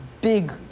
big